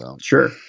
Sure